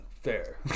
fair